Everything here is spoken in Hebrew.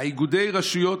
איגודי הרשויות,